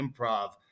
improv